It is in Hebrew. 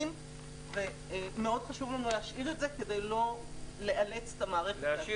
מאוד חשוב לנו להשאיר את זה כדי לא לאלץ את המערכת להכריז